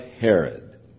Herod